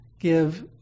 give